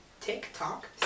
TikTok